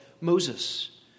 Moses